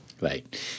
Right